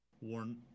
warn